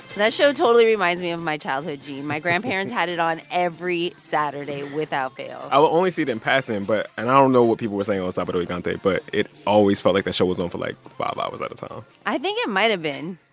that show totally reminds me of my childhood, gene. my grandparents had it on every saturday without fail i would only see it in passing, but and i don't know what people were saying on sabado gigante, but it always felt like that show was on for, like, five hours at a time i think it might've been.